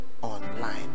online